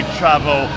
travel